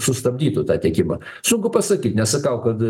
sustabdytų tą tiekimą sunku pasakyt nesakau kad